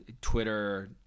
Twitter